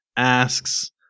asks